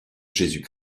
jésus